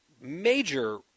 major